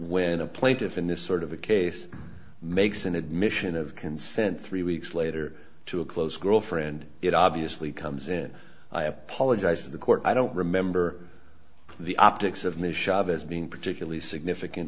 when a plaintiff in this sort of a case makes an admission of consent three weeks later to a close girlfriend it obviously comes in i apologize to the court i don't remember the optics of ms chavez being particularly significant